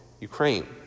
Ukraine